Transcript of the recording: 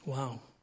Wow